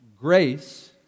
Grace